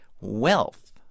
wealth